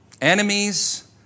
Enemies